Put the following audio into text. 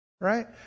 right